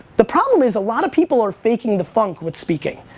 the problem is, a lot of people are faking the funk with speaking.